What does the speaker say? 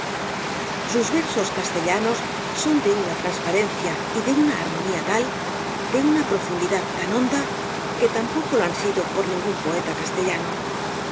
sus versos castellanos son de una transparencia y de una armonía tal de una profundidad tan honda que tampoco lo han sido por ningún poeta castellano